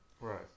Right